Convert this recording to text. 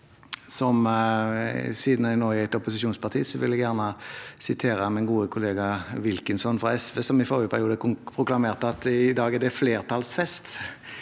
Siden jeg tilhører et opposisjonsparti, vil jeg gjerne sitere min gode kollega Wilkinson fra SV, som i forrige periode proklamerte: «I dag er det flertallsfest».